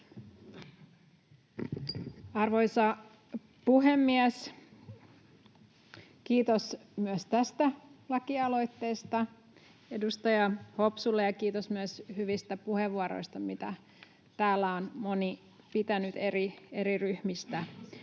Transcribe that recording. Arvoisa puhemies! Kiitos myös tästä lakialoitteesta edustaja Hopsulle, ja kiitos myös hyvistä puheenvuoroista, joita täällä on moni pitänyt eri ryhmistä